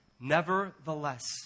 nevertheless